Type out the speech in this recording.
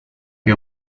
que